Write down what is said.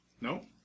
No